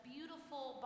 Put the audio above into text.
beautiful